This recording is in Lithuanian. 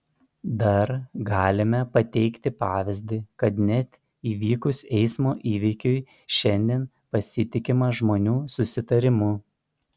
dar galime pateikti pavyzdį kad net įvykus eismo įvykiui šiandien pasitikima žmonių susitarimu